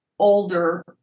Older